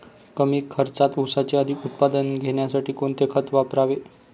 कमी खर्चात ऊसाचे अधिक उत्पादन घेण्यासाठी कोणते खत वापरावे?